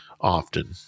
often